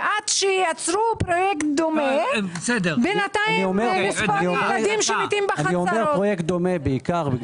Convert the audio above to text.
ועד שייצרו פרויקט דומה- -- אני אומר פרויקט דומה בעיקר כי